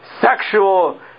sexual